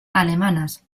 alemanas